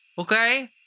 okay